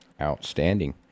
Outstanding